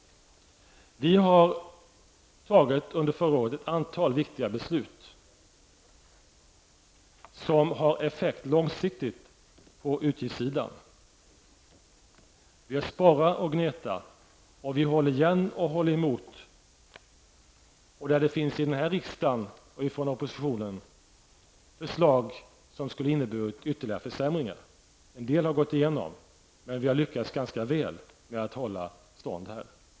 Jag kan då säga att vi under förra året fattade ett antal viktiga beslut som har effekt långsiktigt på utgiftssidan. Vi har sparat och gnetat, och vi håller igen och emot. En del förslag här i riksdagen från oppositionen skulle ha inneburit ytterligare försämringar. En del av dem har antagits. Men vi har lyckats ganska väl med att hålla stånd här.